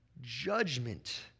judgment